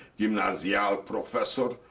gymnasial professor.